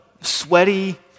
sweaty